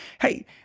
Hey